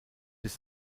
sich